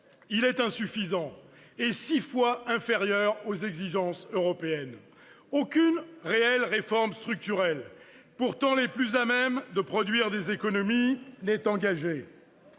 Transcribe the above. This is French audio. il est insuffisant et six fois inférieur aux exigences européennes. Aucune réelle réforme structurelle, pourtant les plus à même de produire des économies, n'est engagée.